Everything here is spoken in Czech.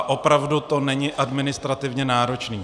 Opravdu to není administrativně náročné.